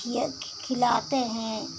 खि खिलाते हैं